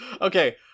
Okay